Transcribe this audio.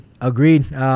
Agreed